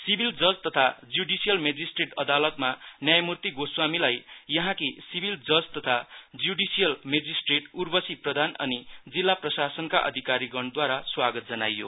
civil जज तथा judicial magistrate अदालतमा ध्यायमूर्ति गोस्वामीलाई यहाँकी सिभिल जज तथा ज्युडिसियल मजिस्ट्रेट उर्वसी प्रधान अनि जिल्ला प्रशासनका अधिकारीगणद्वारा स्वागत जनाईयो